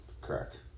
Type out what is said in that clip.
Correct